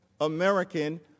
American